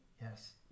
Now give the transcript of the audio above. Yes